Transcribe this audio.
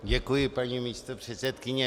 Děkuji, paní místopředsedkyně.